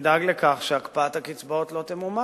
תדאג לכך שהקפאת הקצבאות לא תמומש.